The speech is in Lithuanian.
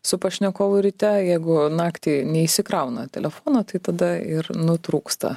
su pašnekovu ryte jeigu naktį neįsikrauna telefono tai tada ir nutrūksta